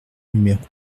numéro